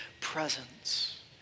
presence